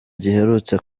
giherutse